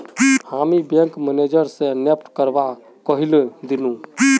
हामी bank manager स NEFT करवा कहइ दिले